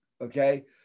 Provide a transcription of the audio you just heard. okay